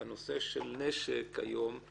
והנושא של נשק כיום,